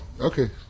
Okay